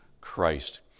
Christ